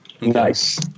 Nice